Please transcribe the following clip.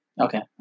Okay